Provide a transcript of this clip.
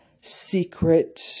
secret